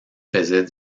faisait